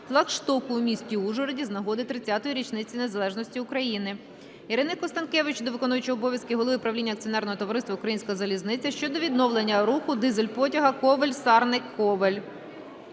флагштоку у місті Ужгороді з нагоди 30-ї річниці незалежності України. Ірини Констанкевич до виконуючого обов'язки голови правління Акціонерного товариства "Українська залізниця" щодо відновлення руху дизель-потяга Ковель-Сарни-Ковель.